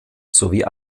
sowie